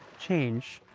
change,